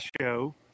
show